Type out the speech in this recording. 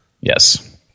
Yes